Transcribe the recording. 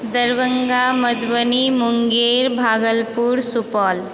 Darbhanga Madhubani Munger Bhagalpur Supaul